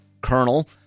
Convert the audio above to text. Colonel